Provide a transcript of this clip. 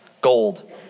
gold